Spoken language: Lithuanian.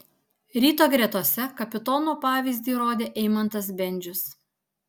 ryto gretose kapitono pavyzdį rodė eimantas bendžius